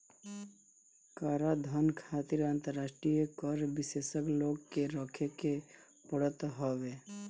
कराधान खातिर अंतरराष्ट्रीय कर विशेषज्ञ लोग के रखे के पड़त हवे